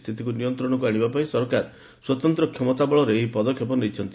ସ୍ଥିତିକୁ ନିୟନ୍ତ୍ରଣକୁ ଆଣିବା ପାଇଁ ସରକାର ସ୍ୱତନ୍ତ୍ର କ୍ଷମତା ବଳରେ ଏହି ପଦକ୍ଷେପ ନେଇଛନ୍ତି